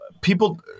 people